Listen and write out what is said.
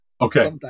Okay